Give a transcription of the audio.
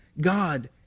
God